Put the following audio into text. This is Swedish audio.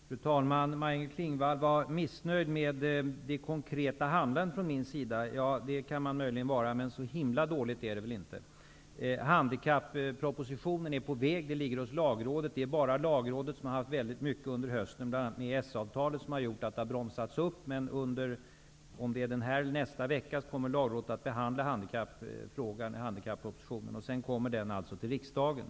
Fru talman! Maj-Inger Klingvall är missnöjd med det konkreta handlandet från min sida. Det kan hon möjligen vara, men så dåligt är det väl inte. Handikappropositionen är på väg -- den ligger hos lagrådet. Lagrådet har haft mycket att göra under hösten, bl.a. genom arbetet med EES-avtalet, och det har gjort att arbetet med handikappropositionen har bromsats. Men lagrådet kommer under denna eller nästa vecka att behandla handikappropositionen, och sedan kommer den till riksdagen.